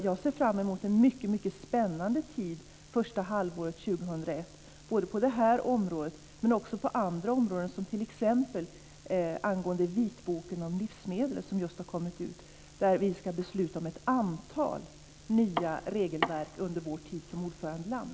Jag ser fram emot en spännande tid första halvåret 2001 både på det här området men också på andra områden, t.ex. angående vitboken om livsmedel som just har kommit ut. Vi ska besluta om ett antal nya regelverk under vår tid som ordförandeland.